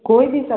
कोई भी सब्